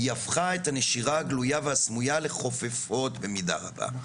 היא הפכה את הנשירה הגלויה והסמויה לחופפות במידה רבה.